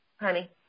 Honey